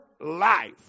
life